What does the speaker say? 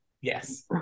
yes